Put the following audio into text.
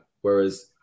Whereas